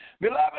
Beloved